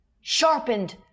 sharpened